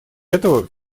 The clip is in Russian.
этого